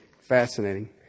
fascinating